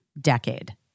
decade